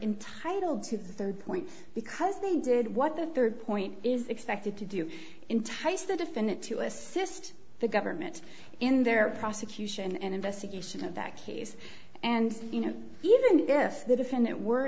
intitled to third point because they did what the third point is expected to do entice the defendant to assist the government in their prosecution and investigation of that case and you know even if the defendant were